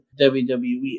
WWE